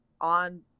on